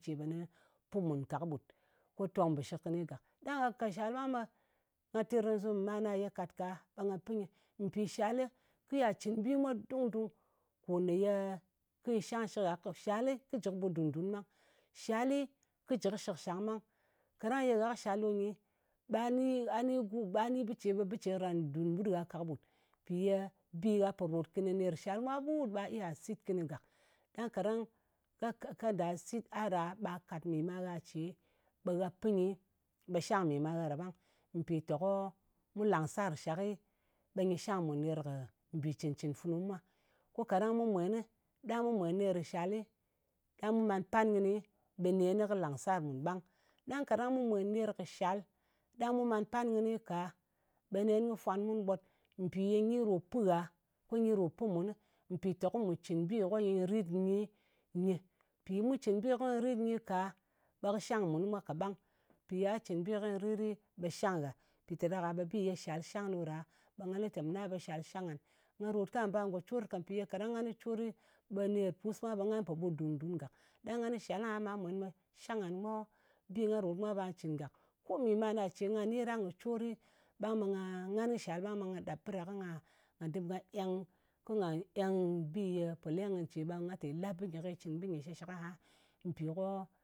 Ce ɓe nɨ pɨ mun ka kɨɓut. Ko tong mbɨshɨk kɨni gak. Ɗang gha ka shal ɗang nga terkazɨm kɨ mana ye kat ka ɓe gha pɨ nyɨ. Mpì shalɨ kɨ iya cɨn bi mwa dùng-dung. Ko ne yè kɨ shangshɨk gha. Shalɨ kɨ kɨ jɨ kɨ ɓut ɗùn-dun ɓang. Shalɨ kɨ jɨ kɨ shɨkshang ɓang. Kaɗang ye gha kɨ shal ɗi nyɨ, ɓa ni, an ni, ɓi, ɓa ni bɨ ce, ɓe bɨ ce karan dun ɓut gha ka kɨɓut. Mpì ye bi gha pò ròt kɨnɨ ner kɨ shal mwa kɨɓut ba iya sit kɨnɨ gàk. Ɗang kaɗang kanda a sit a ɗa ɓa kat mì ma gha ce ɓe gha pɨ nyi, ɓe shang mì ma gha ɗa ɓang. Mpìteko mu làngsar nshak, ɓe nyɨ shang mùn ner kɨ mbì cɨn-cɨn funu mwa. Ko kaɗang mu mwenɨ, ɗang mu mwen ner kɨ shal, ɗang mu man pan kɨnɨ ɓe nen kɨ làng sar mùn ɓang. Ɗang kaɗang mu mwèn ner kɨ shal, ɗang mu man pan kɨnɨ ka, ɓe nen kɨ fwan mun ɓot, mpì ye nyi ɗo pɨ gha, ko nyi ɗo pɨ munɨ, mpìteko mǝ̀ cɨn bi ko nyɨ rit nyi nyɨ. Mpì mu cɨn bi ko nyɨ rit nyɨ ka, ɓe kɨ shang mùn kɨ mwa kaɓang. Mpì ya cɨn bi kyi rit ɗi, ɓe shang ghan. Mpì ɗa ɗak-a ɓe bi ye nga lɨ te shal shang ɗo ɗa, ɓe nga lɨ te shal shang ngan. Nga ròt ko nga bar ngò cor ka. Mpì ye kaɗang nga cori ɓe ner kɨ pus mwa ɓe nga pò ɓùt ɗùn-dun gàk. Ɗang ngan kɨ sha aha, ɓe nga mwen ɓe shang ngan ko bi nga rot mwa ɓa cɨn gàk. Ko mì mana ce nga ni ɗang kɨ cori, ɓang ɓe nga ngan kɨ shal ɓang ɓe nga ɗap bɨ ɗa ko nga dɨm nga engnɨ. Ko nga eng bi ye pò leng kɨni ce ɓe nga lɨ te yi la bɨ nyɨ kyi cɨn bɨ byɨ shɨshɨk aha mpì ko,